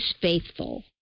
faithful